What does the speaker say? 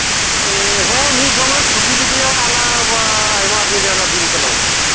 ᱢᱤᱜᱫᱷᱚᱢ ᱢᱟᱭ ᱪᱷᱚᱵᱤ ᱞᱮᱫᱮᱭᱟ ᱦᱟᱱᱟᱻ ᱟᱭᱢᱟ ᱫᱤᱱ ᱨᱮ ᱫᱤᱱ ᱠᱟᱞᱚᱢ ᱨᱮ